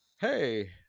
Hey